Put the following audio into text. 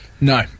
No